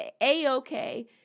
A-okay